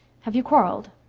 have you quarrelled?